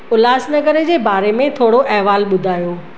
उल्हासनगर जे बारे में थोरो अहिवालु ॿुधायो